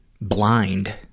blind